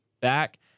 back